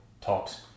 talks